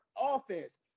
offense